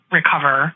recover